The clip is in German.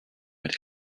mit